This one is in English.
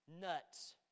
nuts